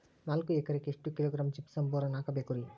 ನಾಲ್ಕು ಎಕರೆಕ್ಕ ಎಷ್ಟು ಕಿಲೋಗ್ರಾಂ ಜಿಪ್ಸಮ್ ಬೋರಾನ್ ಹಾಕಬೇಕು ರಿ?